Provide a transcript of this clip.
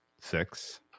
Six